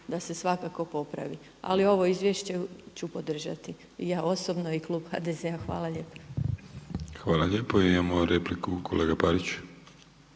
da se svakako popravi. Ali ovo izvješće ću podržati i ja osobno i klub HDZ-a. Hvala lijepa. **Vrdoljak, Ivan (HNS)** Hvala lijepo. Imamo repliku, kolega Parić.